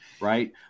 right